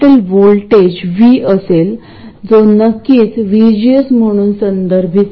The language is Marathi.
मी हे दोन्ही दाखवतो आणि नंतर सोयीनुसार मी या दोन्ही पैकी फक्त एकच दर्शविल